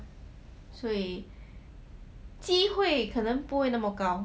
所以机会可能不会那么高